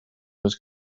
was